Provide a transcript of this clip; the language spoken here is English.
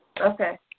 Okay